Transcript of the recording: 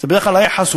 בדרך כלל היחס הוא